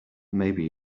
maybe